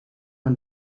een